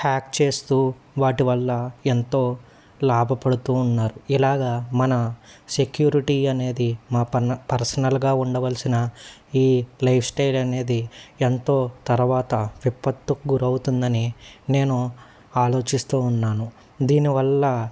hack చేస్తూ వాటి వల్ల ఎంతో లాభపడుతూ ఉన్నారు ఇలాగ మన సెక్యూరిటీ అనేది మా ప పర్సనల్గా ఉండవలసిన ఈ లైఫ్ స్టైల్ అనేది ఎంతో తర్వాత విప్పత్తు గురవుతుందని నేను ఆలోచిస్తూ ఉన్నాను దీనివల్ల